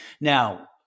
Now